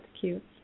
cute